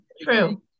true